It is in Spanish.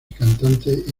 cantante